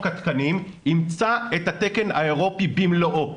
התקנים אימצה את התקן האירופי במלואו.